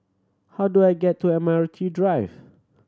how do I get to Admiralty Drive